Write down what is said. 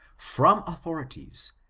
from authorities,